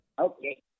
Okay